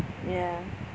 ya